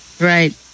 Right